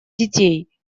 детей